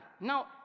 Now